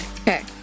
Okay